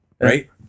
right